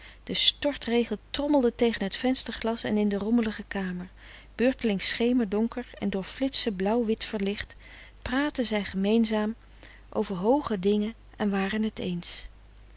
de stortregen trommelde tegen t vensterglas en in de rommelige kamer beurtelings schemerdonker en door flitsen blauw wit verlicht praatten zij gemeenzaam over hooge frederik van eeden van de koele meren des doods dingen en waren het eens